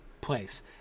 place